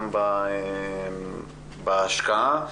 גם בהשקעה,